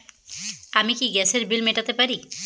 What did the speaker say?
আমি কি গ্যাসের বিল মেটাতে পারি?